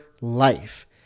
life